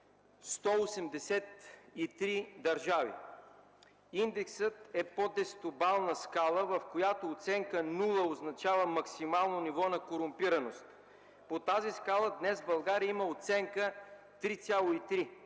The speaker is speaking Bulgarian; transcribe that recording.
183 държави. Индексът е по десетобална скала, в която оценка „нула” означава максимално ниво на корумпираност. По тази скала днес България има оценка 3,3,